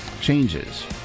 changes